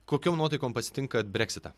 kokiom nuotaikom pasitinkat breksitą